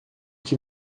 que